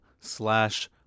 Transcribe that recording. slash